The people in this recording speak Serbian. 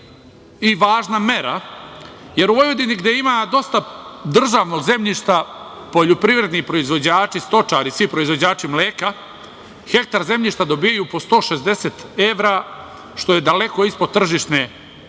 i važna mera, jer u Vojvodini gde ima dosta državnog zemljišta poljoprivredni proizvođači, stočari, svi proizvođači mleka, hektar zemljišta dobijaju po 160 evra, što je daleko ispod tržišne cene